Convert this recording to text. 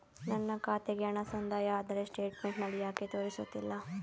ನನ್ನ ಖಾತೆಗೆ ಹಣ ಸಂದಾಯ ಆದರೆ ಸ್ಟೇಟ್ಮೆಂಟ್ ನಲ್ಲಿ ಯಾಕೆ ತೋರಿಸುತ್ತಿಲ್ಲ?